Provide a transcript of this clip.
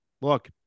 Look